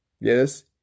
Yes